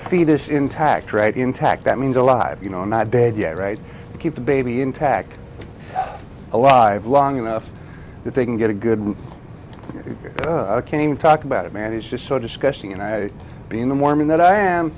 fetus intact right intact that means alive you know not dead yet right to keep the baby intact alive long enough that they can get a good can even talk about a man who is just so disgusting and i being the mormon that i am